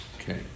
Okay